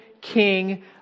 king